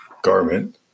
garment